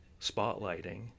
spotlighting